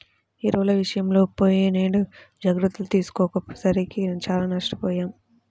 ఎరువుల విషయంలో పోయినేడు జాగర్తలు తీసుకోకపోయేసరికి చానా నష్టపొయ్యాం